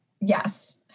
yes